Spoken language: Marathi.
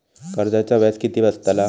कर्जाचा व्याज किती बसतला?